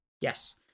Yes